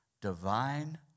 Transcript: Divine